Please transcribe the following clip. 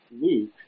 Luke